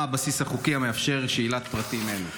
מה הבסיס החוקי המאפשר שאילת פרטים אלה.